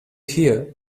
here